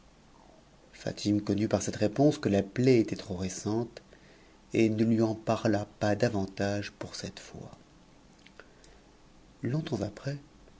onnut par cette réponse que la plaie était trop récente et ne lui en parla nm davantage pour cette fois longtemps après